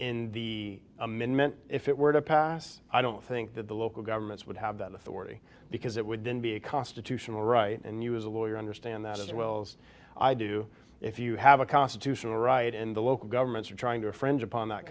in the amendment if it were to pass i don't think that the local governments would have that authority because it would then be a constitutional right and you as a lawyer understand that as well as i do if you have a constitutional right in the local governments are trying to friendship on that